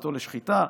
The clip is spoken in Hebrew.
העברתו לשחיטה,